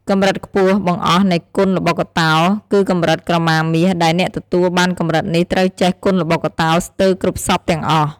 កម្រិតខ្ពស់បង្អស់់នៃគុនល្បុក្កតោ គឺកម្រិតក្រមាមាស ដែលអ្នកទទួលបានកម្រិតនេះត្រូវចេះគុនល្បុក្កតោស្ទើរគ្រប់សព្វទាំងអស់។